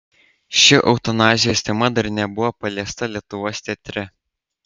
ši eutanazijos tema dar nebuvo paliesta lietuvos teatre